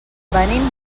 venim